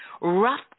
Rough